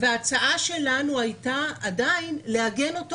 ההצעה שלנו הייתה לעגן אותו.